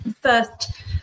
first